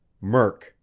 Murk